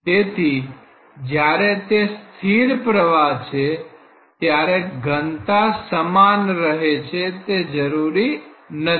તેથી જ્યારે તે સ્થિર પ્રવાહ છે ત્યારે ઘનતા સમાન રહે તે જરૂરી નથી